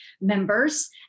members